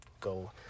go